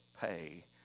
pay